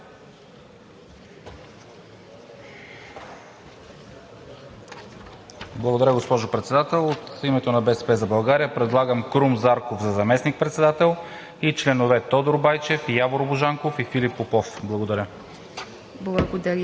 Благодаря, госпожо Председател. От името на „БСП за България“ предлагаме Крум Зарков за заместник-председател и членове Тодор Байчев, Явор Божанков и Филип Попов. Благодаря.